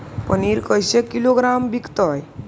पनिर कैसे किलोग्राम विकतै?